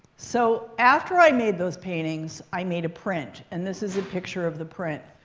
so after i made those paintings, i made a print. and this is a picture of the print.